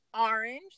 orange